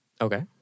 Okay